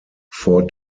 four